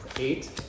Eight